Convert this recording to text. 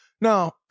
Now